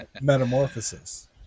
metamorphosis